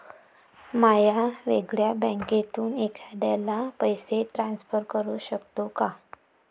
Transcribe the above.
म्या वेगळ्या बँकेतून एखाद्याला पैसे ट्रान्सफर करू शकतो का?